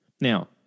Now